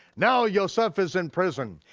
now yoseph is in prison,